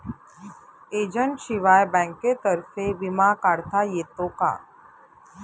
एजंटशिवाय बँकेतर्फे विमा काढता येतो का?